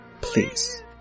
please